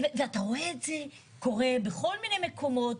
ואתה רואה את זה קורה בכל מיני מקומות.